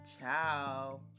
Ciao